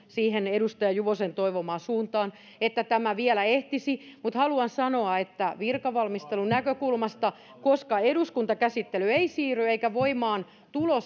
siihen edustaja juvosen toivomaan suuntaan että tämä vielä ehtisi mutta haluan sanoa että virkavalmistelun näkökulmasta koska eduskuntakäsittely ei siirry eikä voimaantulo